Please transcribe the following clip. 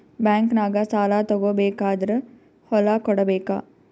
ಬ್ಯಾಂಕ್ನಾಗ ಸಾಲ ತಗೋ ಬೇಕಾದ್ರ್ ಹೊಲ ಕೊಡಬೇಕಾ?